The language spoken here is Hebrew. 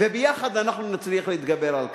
וביחד אנחנו נצליח להתגבר על כך.